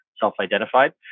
self-identified